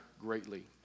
greatly